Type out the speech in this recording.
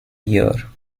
year